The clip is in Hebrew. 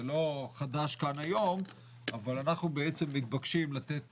זה לא חדש כאן היום אבל אנחנו מתבקשים לתת